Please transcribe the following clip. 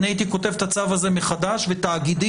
אני הייתי כותב את הצו הזה מחדש ותאגידים